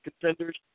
contenders